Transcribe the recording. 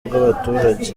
bw’abaturage